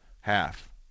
half